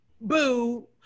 boo